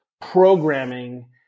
programming